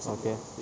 okay